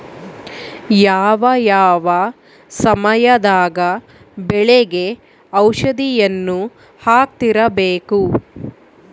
ಯಾವ ಯಾವ ಸಮಯದಾಗ ಬೆಳೆಗೆ ಔಷಧಿಯನ್ನು ಹಾಕ್ತಿರಬೇಕು?